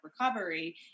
recovery